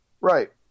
Right